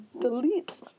delete